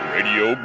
Radio